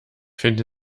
finde